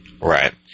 Right